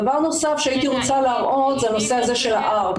דבר נוסף שהייתי רוצה להראות זה הנושא הזה של ה-R,